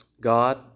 God